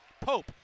Pope